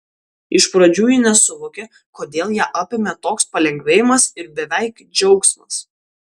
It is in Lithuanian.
iš pradžių ji nesuvokė kodėl ją apėmė toks palengvėjimas ir beveik džiaugsmas